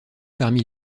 parmi